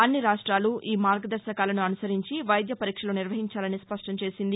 అన్ని రాష్ట్రాలు ఈ మార్గదర్శకాలను అనుసరించి వైద్య పరీక్షలు నిర్వహించాలని స్పష్టం చేసింది